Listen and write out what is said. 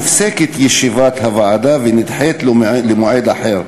ישיבת הוועדה מופסקת ונדחית למועד אחר,